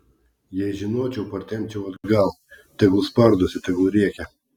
jei žinočiau partempčiau atgal tegul spardosi tegul rėkia